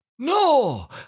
No